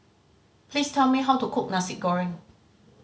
please tell me how to cook Nasi Goreng